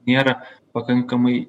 nėra pakankamai